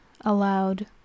aloud